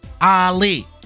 Ali